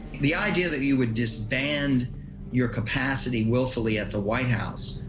the idea that you would disband your capacity willfully at the white house,